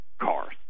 cars